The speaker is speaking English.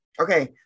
Okay